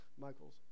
Michaels